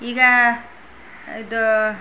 ಈಗ ಇದು